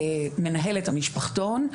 מנהלת המשפחתון,